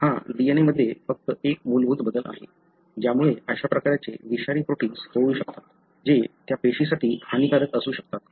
हा DNA मध्ये फक्त एक मूलभूत बदल आहे ज्यामुळे अशा प्रकारचे विषारी प्रोटिन्स होऊ शकतात जे त्या पेशीसाठी हानिकारक असू शकतात